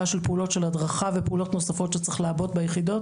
של פעולות של הדרכה ופעולות נוספות שצריך לעבות ביחידות.